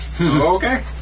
Okay